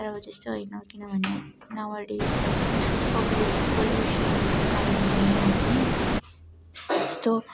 तर अब त्यस्तो होइन किनभने नाउ अ डेस पल्युसनको कारणले यहाँ पनि यस्तो